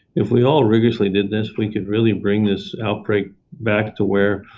if we all rigorously did this, we could really bring this outbreak back to where